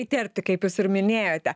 įterpti kaip jūs ir minėjote